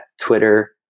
Twitter